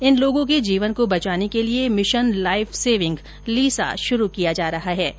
इन लोगों के जीवन को बचाने के लिए भिशन लाइफ सेविंग लीसा शुरू किया जा रहा है ै